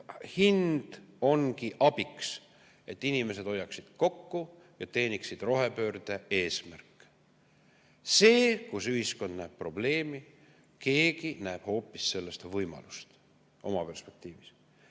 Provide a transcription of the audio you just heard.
hind ongi abiks, et inimesed hoiaksid kokku ja teeniksid rohepöörde eesmärke. [Selles], kus ühiskond näeb probleemi, näeb keegi hoopis võimalust. Oma perspektiivist.